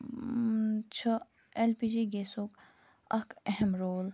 چھُ L P G گیسُک اَکھ اہم رول